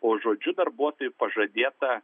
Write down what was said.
o žodžiu darbuotojui pažadėta